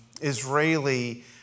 Israeli